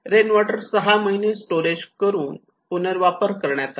rain water 6 महिने storage करून पुनर्वापर करण्यात आला